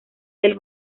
del